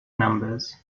numbers